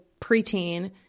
preteen